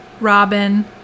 Robin